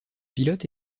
pilote